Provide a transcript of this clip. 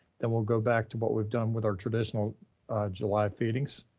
then we'll go back to what we've done with our traditional july feedings.